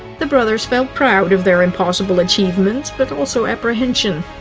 the brothers felt proud of their impossible achievement, but also apprehension.